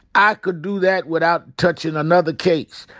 i could do that without touching another case.